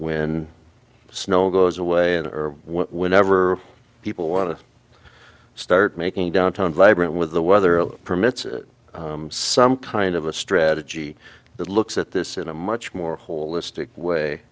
when snow goes away and or whenever people want to start making downtown vibrant with the weather permits some kind of a strategy that looks at this in a much more holistic